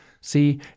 See